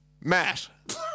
Matt